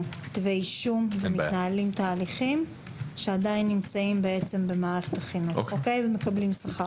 כתבי אישום ומתנהלים תהליכים שעדיין נמצאים במערכת החינוך ומקבלים שכר.